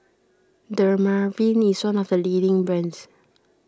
Dermaveen is one of the leading brands